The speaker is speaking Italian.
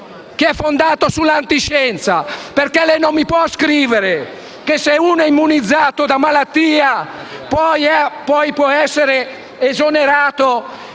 è fondato sull'antiscienza, perché non si può scrivere che se uno è immunizzato da malattia può essere esonerato